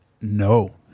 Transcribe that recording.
no